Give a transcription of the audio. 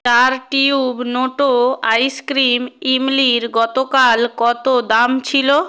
চার টিউব নোটো আইসক্রিম ইমলির গতকাল কত দাম ছিল